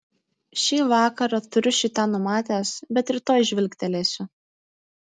šį vakarą turiu šį tą numatęs bet rytoj žvilgtelėsiu